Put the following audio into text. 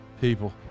people